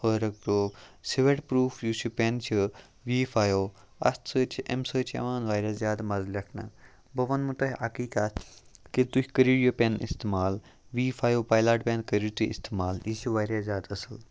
عٲرق proof sweet proof یُس یہِ پٮ۪ن چھِ وی فایِو اَتھ سۭتۍ چھِ اَمہِ سۭتۍ چھِ یِوان واریاہ زیادٕ مَزٕ لٮ۪کھنہٕ بہٕ وَنمو تۄہہِ اَکٕے کَتھ کہِ تُہۍ کٔرِو یہِ پٮ۪ن استعمال وی فایِو پایلاٹ پٮ۪ن کٔرِو تُہۍ استعمال یہِ چھِ واریاہ زیادٕ اَصٕل